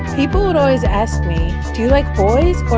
people would always ask me, do you like boys